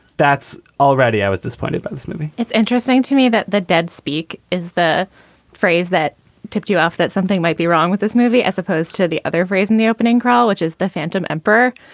that's already i was disappointed by this movie it's interesting to me that the dead speak is the phrase that tipped you off that something might be wrong with this movie as opposed to the other phrase in the opening crowd, which is the phantom empire,